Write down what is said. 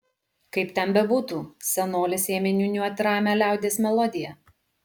kaip ten bebūtų senolis ėmė niūniuoti ramią liaudies melodiją